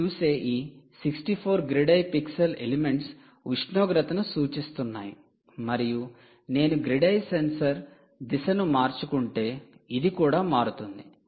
మీరు చూసే ఈ 64 గ్రిడ్ ఐ పిక్సెల్ ఎలిమెంట్స్ ఉష్ణోగ్రతను సూచిస్తున్నాయి మరియు నేను 'గ్రిడ్ ఐ సెన్సార్' దిశను మార్చుకుంటే ఇది కూడా మారుతుంది